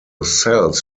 cells